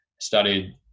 studied